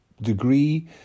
degree